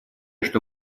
что